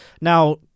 Now